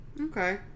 Okay